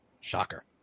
shocker